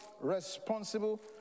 responsible